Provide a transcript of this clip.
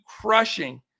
crushing